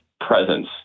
presence